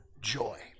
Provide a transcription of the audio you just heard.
joy